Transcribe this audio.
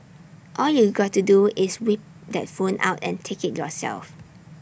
all you got to do is whip that phone out and take IT yourself